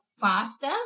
faster